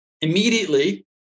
immediately